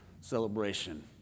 celebration